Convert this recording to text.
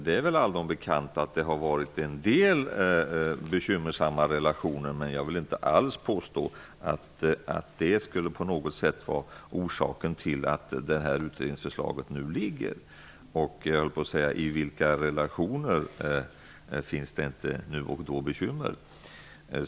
Det är väl allom bekant att det har funnits en del bekymmersamma relationer. Men jag vill inte alls påstå att detta på något sätt skulle vara orsaken till att utredningsförslaget nu föreligger. Jag höll på att säga: i vilka relationer finns det inte nu och då bekymmer?